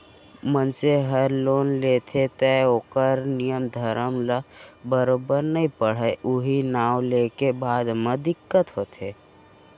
मनसे हर लोन लेथे तौ ओकर नियम धरम ल बरोबर नइ पढ़य उहीं नांव लेके बाद म दिक्कत होथे